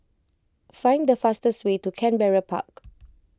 find the fastest way to Canberra Park